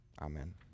Amen